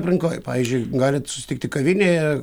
aplinkoj pavyzdžiui galit susitikti kavinėje